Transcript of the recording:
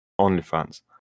OnlyFans